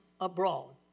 abroad